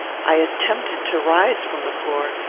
i attempted to rise from the floor,